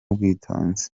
ubwitonzi